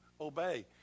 Obey